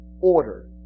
order